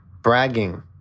Bragging